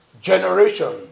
generation